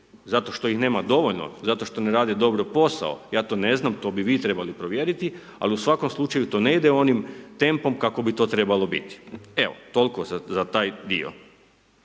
zato što ih nema dovoljno, zato što ne rade dobro posao, ja to ne znam, to bi vi trebali provjeriti, al u svakom slučaju to ne ide onim tempom kako bi to trebalo biti. Evo, tol'ko za taj dio.